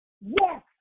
yes